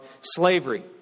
slavery